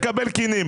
נקבל כינים.